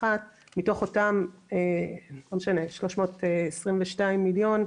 מתוך אותם 322 מיליון,